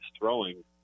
throwing